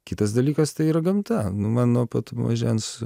kitas dalykas tai yra gamta nu man nuo pat mažens